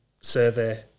survey